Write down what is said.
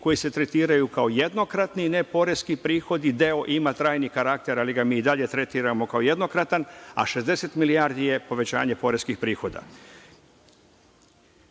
koji se tretiraju kao jednokratni neporeski prihodi, deo ima trajni karakter, ali ga mi i dalje tretiramo kao jednokratan, a 60 milijardi je povećanje poreskih prihoda. Jako